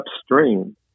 upstream